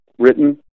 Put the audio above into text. Written